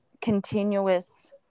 continuous